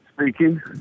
speaking